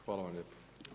Hvala vam lijepa.